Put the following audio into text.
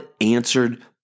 answered